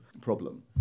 problem